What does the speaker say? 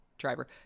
driver